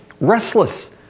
Restless